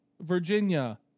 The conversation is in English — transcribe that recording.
Virginia